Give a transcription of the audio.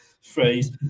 phrase